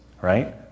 right